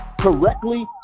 correctly